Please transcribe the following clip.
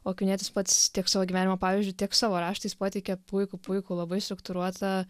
o akvinietis pats tiek savo gyvenimo pavyzdžiu tiek savo raštais pateikė puikų puikų labai struktūruotą